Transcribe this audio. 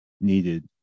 needed